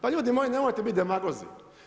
Pa ljudi moji nemojte biti demagozi.